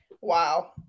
Wow